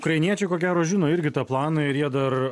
ukrainiečiai ko gero žino irgi tą planą ir jie dar